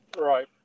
Right